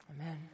Amen